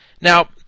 Now